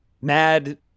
Mad